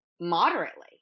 moderately